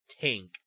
Tank